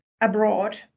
abroad